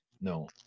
No